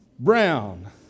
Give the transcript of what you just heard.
brown